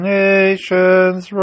nations